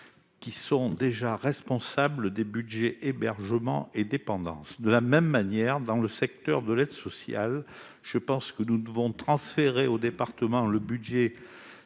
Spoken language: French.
qui sont déjà responsables des budgets hébergement et dépendance. De la même manière, dans le secteur de l'aide sociale, je pense que nous devons transférer aux départements le budget